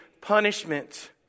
punishment